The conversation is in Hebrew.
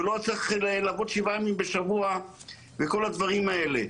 ולא היה צריך לעבוד שבעה ימים בשבוע וכל הדברים האלה.